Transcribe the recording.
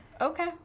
Okay